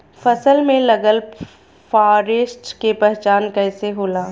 फसल में लगल फारेस्ट के पहचान कइसे होला?